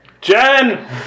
Jen